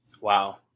Wow